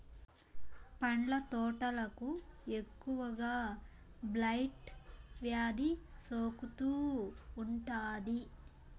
పండ్ల తోటలకు ఎక్కువగా బ్లైట్ వ్యాధి సోకుతూ ఉంటాది